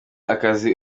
akazi